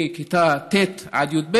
מכיתה ט' עד י"ב,